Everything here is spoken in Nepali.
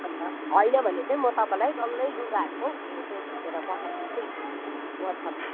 अन्त होइन भने चाहिँ म तपाईँलाई डल्लै लुगाहरूको फोटो खिचेर पठाइदिन्छु नि वाट्सएपमा